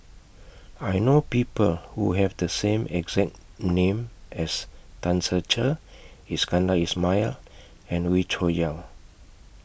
I know People Who Have The same exact name as Tan Ser Cher Iskandar Ismail and Wee Cho Yaw